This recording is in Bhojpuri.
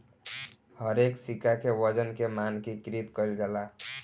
हरेक सिक्का के वजन के मानकीकृत कईल जाला